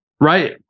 right